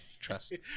Trust